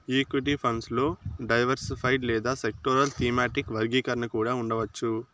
equity funds లో diversified లేదా sectoral, thematic వర్గీకరణ కూడా ఉండవచ్చు